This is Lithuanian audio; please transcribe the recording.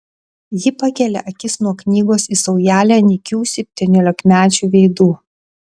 ji pakelia akis nuo knygos į saujelę nykių septyniolikmečių veidų